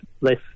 less